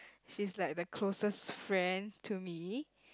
she's like the closest friend to me